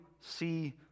see